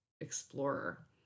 Explorer